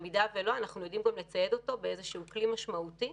אם לא אנחנו יודעים לצייד אותו בכלי משמעותי